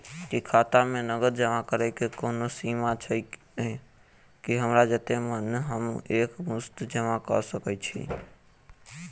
की खाता मे नगद जमा करऽ कऽ कोनो सीमा छई, की हमरा जत्ते मन हम एक मुस्त जमा कऽ सकय छी?